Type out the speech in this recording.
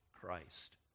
Christ